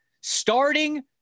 starting